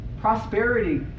prosperity